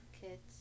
kids